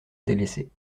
délaissée